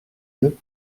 eux